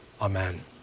Amen